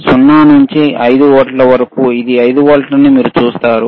0 నుండి 5 వోల్ట్ల వరకు ఇది 5 వోల్ట్లని మీరు చూస్తారు